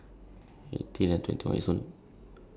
same same goes to twenty one also eh